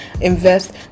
invest